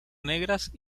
negras